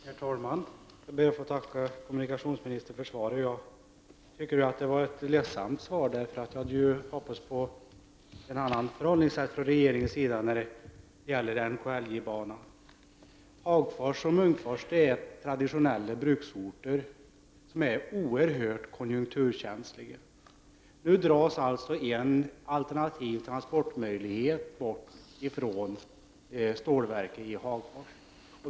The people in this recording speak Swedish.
Herr talman! Jag ber att få tacka kommunikationsministern för svaret. Jag tycker att svaret var ledsamt. Jag hade hoppats på ett annat förhållningssätt från regeringens sida i fråga om NKLJ-banan. Hagfors och Munkfors är traditionella bruksorter, vilka är oerhört konjunkturkänsliga. Nu tas en alternativ transportmöjlighet bort från stålverket i Hagfors.